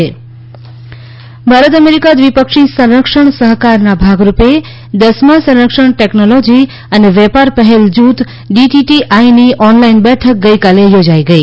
Bharat America સંરક્ષણ Bharat America દ્વિપક્ષી સંરક્ષણ સહકારના ભાગરૂપે દસમા સંરક્ષણ ટેકનોલોજી અને વેપાર પહેલ જૂથ ડીટીટીઆઈની ઓનલાઈન બેઠક ગઇકાલે યોજાઈ ગઈ